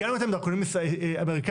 הגענו עם דרכונים אמריקאים.